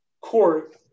court